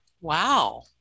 Wow